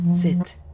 sit